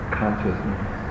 consciousness